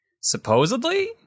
supposedly